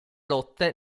lotte